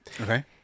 Okay